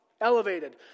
elevated